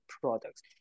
products